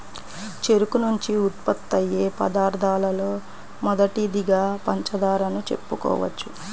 చెరుకు నుంచి ఉత్పత్తయ్యే పదార్థాలలో మొదటిదిగా పంచదారను చెప్పుకోవచ్చు